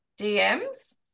DMs